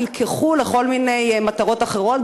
נלקחו לכל מיני מטרות אחרות,